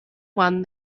one